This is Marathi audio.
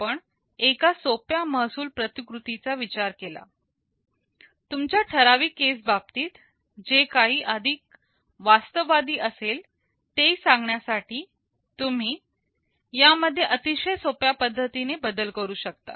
आपण एका सोप्या महसूल प्रतिकृतीचा विचार केला तुमच्या ठराविक केस बाबतीत जे काय अधिक वास्तववादी असेल ते सांगण्यासाठी तुम्ही यामध्ये अतिशय सोप्या पद्धतीने बदल करू शकता